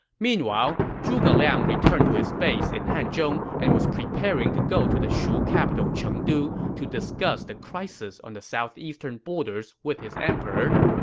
meanwhile, zhuge liang returned to his base in hanzhong and was preparing to go to the shu capital chengdu to discuss the crisis on the southeastern borders with his emperor.